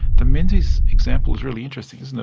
the menzies example is really interesting, isn't it,